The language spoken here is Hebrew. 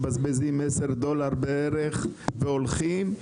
מבזבזים 10 דולר בערך והולכים,